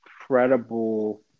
incredible